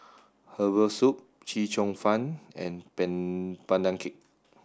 herbal soup Chee Cheong Fun and Pan Pandan cake